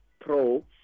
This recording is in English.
pro